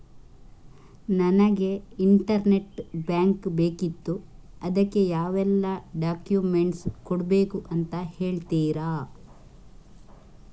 ನನಗೆ internet bank ಬೇಕಿತ್ತು ಅದಕ್ಕೆ ಯಾವೆಲ್ಲಾ ಡಾಕ್ಯುಮೆಂಟ್ಸ್ ಕೊಡ್ಬೇಕು ಅಂತ ಹೇಳ್ತಿರಾ?